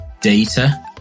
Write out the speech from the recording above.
data